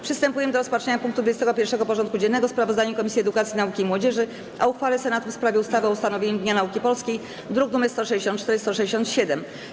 Przystępujemy do rozpatrzenia punktu 21. porządku dziennego: Sprawozdanie Komisji Edukacji, Nauki i Młodzieży o uchwale Senatu w sprawie ustawy o ustanowieniu Dnia Nauki Polskiej (druki nr 164 i 167)